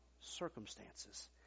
circumstances